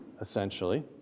essentially